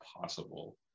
possible